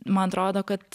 man atrodo kad